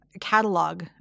catalog